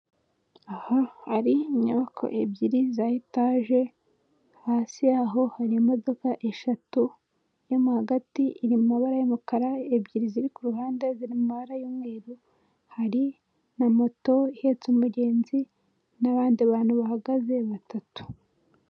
Abagore n'abana babo bicaye ku ntebe z'urubaho ndende. Bafite udukayi dusa n'umutuku turimo impapuro, bategerereje ahantu hamwe.